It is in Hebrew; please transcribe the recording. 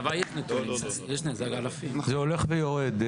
זה הולך ויורד.